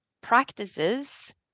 practices